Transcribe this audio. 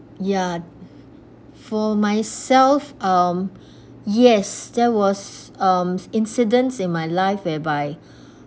ya for myself um yes there was um incidents in my life whereby